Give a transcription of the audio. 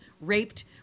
raped